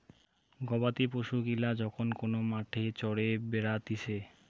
গবাদি পশু গিলা যখন কোন মাঠে চরে বেড়াতিছে